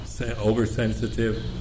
oversensitive